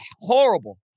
horrible